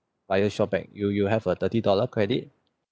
via shopback you you have a thirty dollar credit